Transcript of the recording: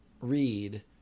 read –